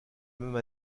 même